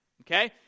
Okay